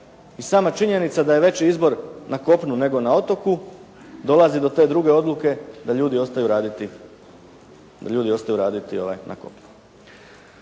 I sama činjenica da je veći izbor na kopnu nego na otoku, dolazi do te druge odluke da ljudi ostaju raditi na kopnu.